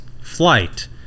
flight